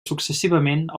successivament